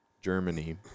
Germany